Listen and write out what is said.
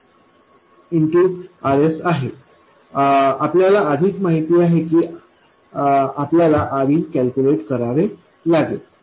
Rs आहे आपल्याला आधीच माहित आहे की आपल्याला Rin कॅल्क्युलेट करावे लागेल